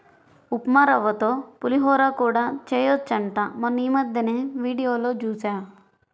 ఉప్మారవ్వతో పులిహోర కూడా చెయ్యొచ్చంట మొన్నీమద్దెనే వీడియోలో జూశా